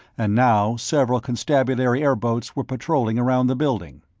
and now several constabulary airboats were patrolling around the building.